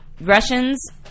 Russians